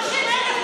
לאומן